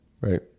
right